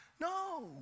No